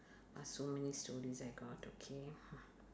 uh so many stories I got okay